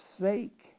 sake